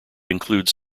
includes